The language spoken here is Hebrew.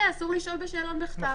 אבל אסור לשאול בשאלון בכתב.